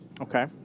Okay